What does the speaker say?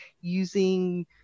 using